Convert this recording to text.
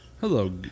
Hello